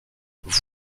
vous